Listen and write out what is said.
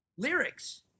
Lyrics